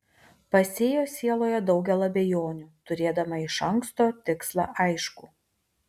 pasėjo sieloje daugel abejonių turėdama iš anksto tikslą aiškų